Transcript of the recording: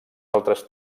altres